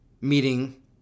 meeting